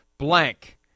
Blank